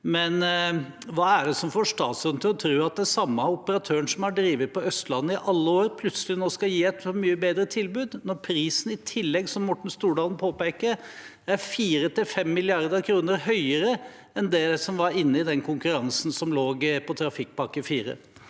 Men hva er det som får statsråden til å tro at den samme operatøren som har drevet på Østlandet i alle år, nå plutselig skal gi et mye bedre tilbud, når prisen i tillegg, som Morten Stordalen påpekte, er 4–5 mrd. kr høyere enn det som var inne i den konkurransen som var for Trafikkpakke 4?